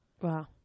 Wow